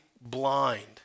blind